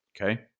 okay